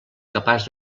capaç